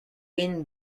green